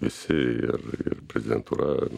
visi ir ir prezidentūra